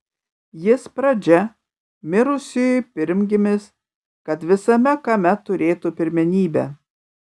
jis pradžia mirusiųjų pirmgimis kad visame kame turėtų pirmenybę